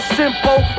simple